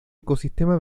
ecosistema